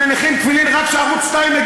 מיכל רוזין,